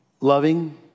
loving